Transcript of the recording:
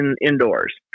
indoors